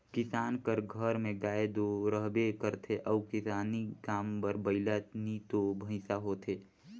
किसान कर घर में गाय दो रहबे करथे अउ किसानी काम बर बइला नी तो भंइसा होथे